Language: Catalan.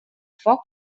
foc